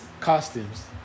costumes